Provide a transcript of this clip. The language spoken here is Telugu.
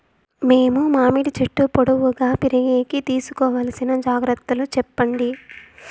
మేము మామిడి చెట్లు పొడువుగా పెరిగేకి తీసుకోవాల్సిన జాగ్రత్త లు చెప్పండి?